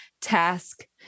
task